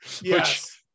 Yes